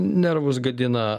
nervus gadina